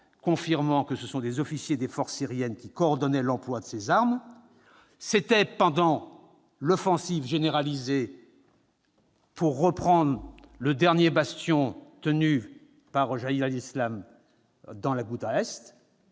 confirmant que ce sont des officiers des forces syriennes qui coordonnaient l'emploi de ces armes. L'attaque a eu lieu pendant l'offensive généralisée pour reprendre le dernier bastion tenu par Jaych al-Islam dans la Ghouta